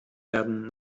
werden